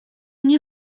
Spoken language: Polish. nie